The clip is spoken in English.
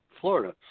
Florida